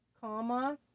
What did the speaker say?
comma